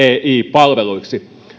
palveluiksi